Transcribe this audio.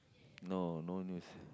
no no news